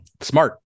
smart